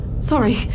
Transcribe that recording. Sorry